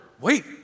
Wait